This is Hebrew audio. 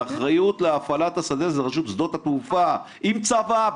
האחריות להפעלת השדה היא של רשות שדות התעופה עם צבא,